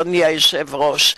אדוני היושב-ראש.